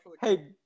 hey